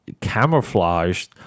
camouflaged